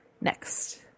Next